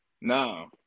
no